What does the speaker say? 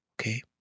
Okay